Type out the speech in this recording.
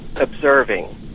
observing